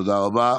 תודה רבה.